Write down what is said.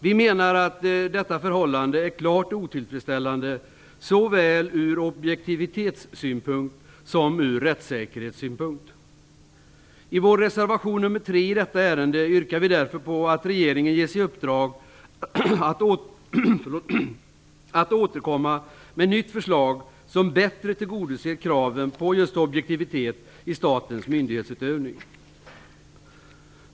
Vi menar att detta förhållande är klart otillfredsställande såväl ur objektivitetssynpunkt som rättssäkerhetssynpunkt. I vår reservation nr 3 i detta ärende yrkar vi därför på att regeringen ges i uppdrag att återkomma med ett nytt förslag som bättre tillgodoser kraven på objektivitet i statens myndighetsutövning.